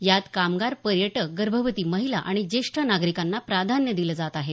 यात कामगार पर्यटक गर्भवती महिला आणि ज्येष्ठ नागरिकांना प्राधान्य दिलं जात आहे